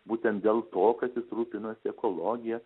būtent dėl to kad jis rūpinasi ekologija